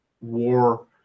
war